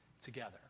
together